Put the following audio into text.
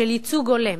של ייצוג הולם?